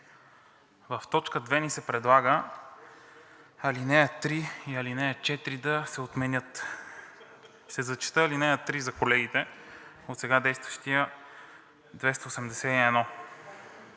В т. 2 ни се предлага ал. 3 и ал. 4 да се отменят. Ще зачета ал. 3 за колегите от сега действащия чл.